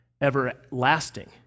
everlasting